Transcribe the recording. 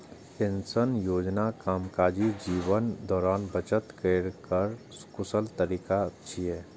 pension योजना कामकाजी जीवनक दौरान बचत केर कर कुशल तरीका छियै